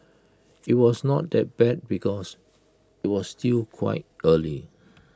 IT was not that bad because IT was still quite early